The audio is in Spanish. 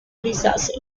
grisáceo